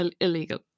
illegal